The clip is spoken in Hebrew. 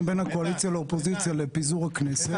בין הקואליציה לאופוזיציה לפיזור הכנסת,